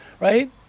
Right